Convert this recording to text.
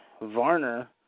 Varner